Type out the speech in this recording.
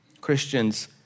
Christians